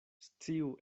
sciu